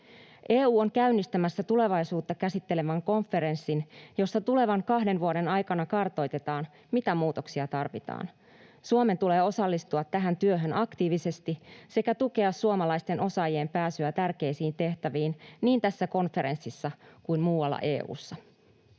EU on käynnistämässä tulevaisuutta käsittelevän konferenssin, jossa tulevan kahden vuoden aikana kartoitetaan, mitä muutoksia tarvitaan. Suomen tulee osallistua tähän työhön aktiivisesti sekä tukea suomalaisten osaajien pääsyä tärkeisiin tehtäviin niin tässä konferenssissa kuin muualla EU:ssa.